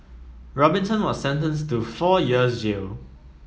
Robinson was sentenced to four years jail